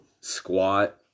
Squat